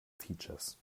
features